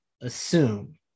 assume